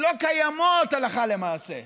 לא קיימות הלכה למעשה.